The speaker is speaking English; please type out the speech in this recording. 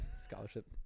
scholarship